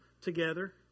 together